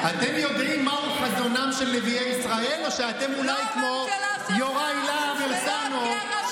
אתם יודעים מהו חזונם של נביאי ישראל או שאתם אולי כמו יוראי להב הרצנו,